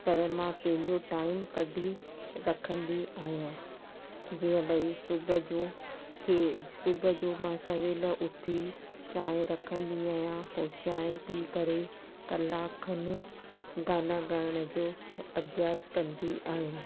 पर मां पंहिंजो टाइम कढी रखंदी आहियां जीअं भाई सुबुह जो की सुबुह जो मां सवेल उथी चांहि रखंदी आहियां पोइ चांहि पी करे कलाकु खनि गाना गाइण जो अभ्यास कंदी आहियां